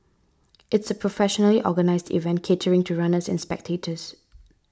it's a professionally organised event catering to runners and spectators